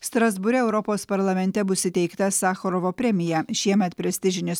strasbūre europos parlamente bus įteikta sachorovo premija šiemet prestižinis